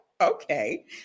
Okay